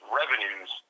revenues